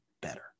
better